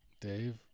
Dave